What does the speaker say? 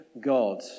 God